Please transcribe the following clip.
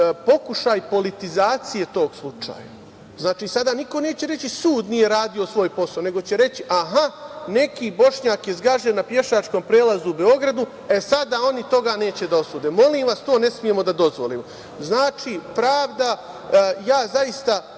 pokušaj politizacije tog slučaja. Znači, sada niko neće reći sud nije radio svoj posao, već će reći – aha, neki Bošnjak je zgažen na pešačkom prelazu u Beogradu i sada oni toga neće da osude. Molim vas, to ne smemo da dozvolimo. Znači, zaista